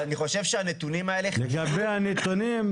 אני חושב שהנתונים האלה --- לגבי הנתונים,